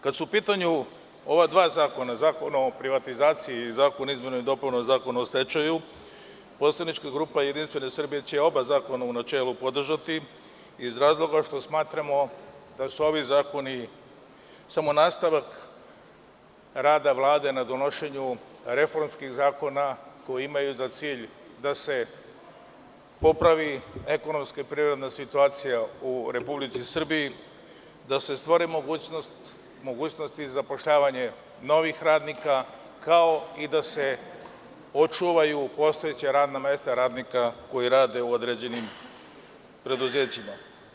Kada su u pitanju ova dva zakona, Zakon o privatizaciji i Predlog zakona o izmenama i dopunama Zakona o stečaju, poslanička grupa JS će oba zakona u načelu podržati, iz razloga što smatramo da su ovi zakoni samo nastavak rada Vlade na donošenju reformskih zakona koji imaju za cilj da se popravi ekonomska i privredna situacija u Republici Srbiji, da se stvori mogućnost zapošljavanja novih radnika, kao i da se očuvaju postojeća radna mesta radnika koji rade u određenim preduzećima.